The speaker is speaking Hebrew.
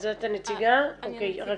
אז מה